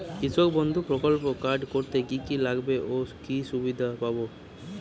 কৃষক বন্ধু প্রকল্প কার্ড করতে কি কি লাগবে ও কি সুবিধা পাব?